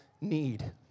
need